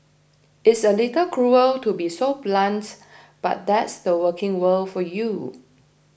it's a little cruel to be so blunt but that's the working world for you